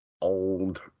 old